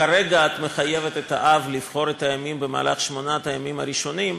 כרגע את מחייבת את האב לבחור את הימים בשמונת הימים הראשונים,